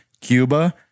Cuba